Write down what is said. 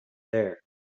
there